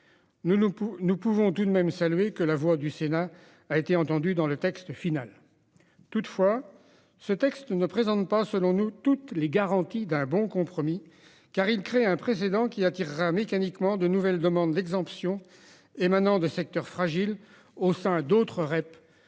Nous pouvons tout de même saluer le fait que la voix du Sénat ait été entendue dans le texte final. Toutefois, ce texte ne présente pas, selon nous, toutes les garanties d'un bon compromis, car il crée un précédent qui attirera mécaniquement de nouvelles demandes d'exemption émanant de secteurs fragiles au sein d'autres REP,